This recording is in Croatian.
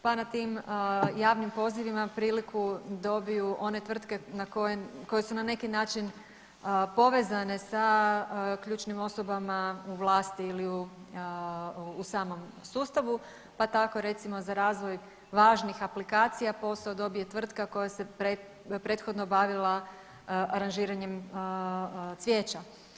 Pa na tim javnim pozivima priliku dobiju one tvrtke koje su na neki način povezane sa ključnim osobama u vlasti ili u samom sustavu, pa tako recimo za razvoj važnih aplikacija posao dobije tvrtka koja se prethodno bavila aranžiranjem cvijeća.